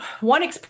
one